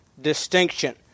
distinction